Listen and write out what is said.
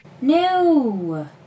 No